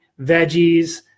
veggies